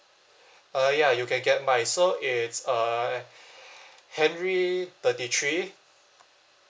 uh ya you can get mine so it's uh henry thirty three